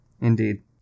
Indeed